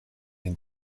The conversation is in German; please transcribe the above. den